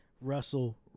Russell